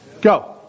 Go